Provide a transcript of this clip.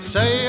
Say